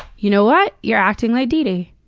you know what? you're acting like deedee.